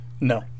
No